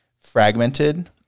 fragmented